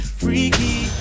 freaky